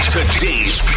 Today's